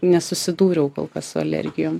nesusidūriau kol kas su alergijom